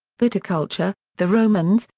viticulture the romans,